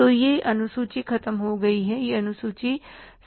तो यह अनुसूची खत्म हो गई यह अनुसूची समाप्त हो गई